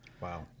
Wow